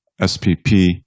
spp